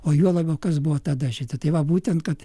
o juo labiau kas buvo tada šita tai va būtent kad